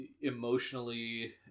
emotionally